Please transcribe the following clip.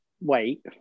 Wait